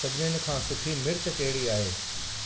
सभिनीनि खां सुठी मिर्च कहिड़ी आहे